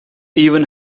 even